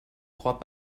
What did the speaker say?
crois